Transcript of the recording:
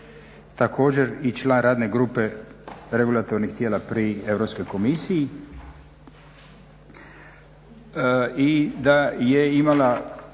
također i član Radne grupe regulatornih tijela pri Europskoj komisiji i da je imala